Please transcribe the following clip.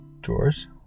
Drawers